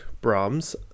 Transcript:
Brahms